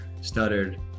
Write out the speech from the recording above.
stuttered